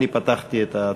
אני פתחתי את ההצבעה.